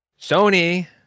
Sony